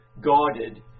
guarded